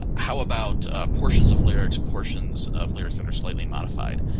ah how about portions of lyrics, portions of lyrics that are slightly modified?